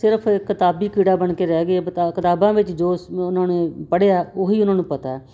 ਸਿਰਫ ਕਿਤਾਬੀ ਕੀੜਾ ਬਣ ਕੇ ਰਹਿ ਗਏ ਕਿਤਾ ਕਿਤਾਬਾਂ ਵਿੱਚ ਜੋ ਉਹਨਾਂ ਨੇ ਪੜ੍ਹਿਆ ਉਹੀ ਉਹਨਾਂ ਨੂੰ ਪਤਾ